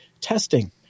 testing